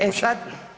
E sad.